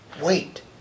Wait